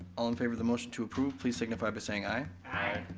all in favor of the motion to approve, please signify by saying aye. aye.